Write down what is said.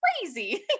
crazy